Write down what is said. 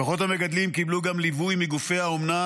המשפחות המגדלות קיבלו גם ליווי מגופי האומנה